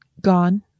gone